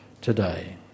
today